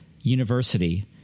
university